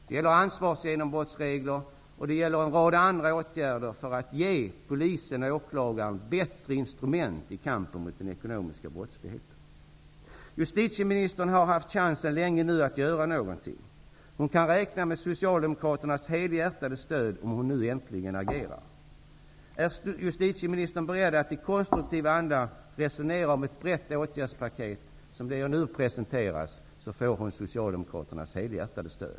Det gäller ansvarsgenombrottsregler och en rad andra åtgärder för att ge polisen och åklagaren bättre instrument i kampen mot den ekonomiska brottsligheten. Justitieministern har länge haft chansen att göra något. Hon kan räkna med Socialdemokraternas helhjärtade stöd om hon nu äntligen agerar. Är justitieministern beredd att i konstruktiv anda resonera om ett brett åtgärdspaket så som förslagen nu har presenterats? I så fall får hon Socialdemokraternas helhjärtade stöd.